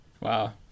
wow